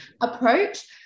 approach